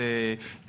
לבצע את זה.